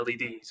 LEDs